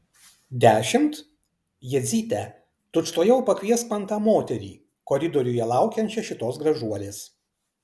dešimt jadzyte tučtuojau pakviesk man tą moterį koridoriuje laukiančią šitos gražuolės